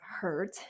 hurt